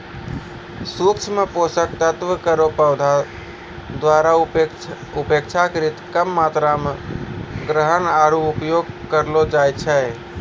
सूक्ष्म पोषक तत्व केरो पौधा द्वारा अपेक्षाकृत कम मात्रा म ग्रहण आरु उपयोग करलो जाय छै